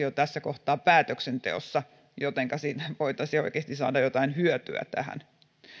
jo tässä kohtaa päätöksenteossa jotenka siitä voitaisiin oikeasti saada jotain hyötyä tähän